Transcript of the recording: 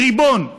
לריבון,